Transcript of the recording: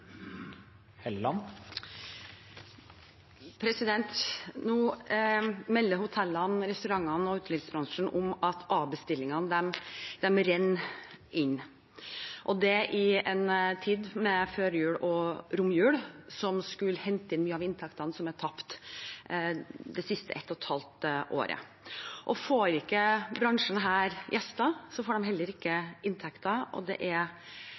Nå melder hotellene, restaurantene og utelivsbransjen om at avbestillingene renner inn, og det i en tid med førjul og romjul som skulle hente inn mye av inntektene som er tapt det siste halvannet året. Får ikke bransjen gjester, får de heller ikke inntekter, og